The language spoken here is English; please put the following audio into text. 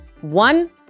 one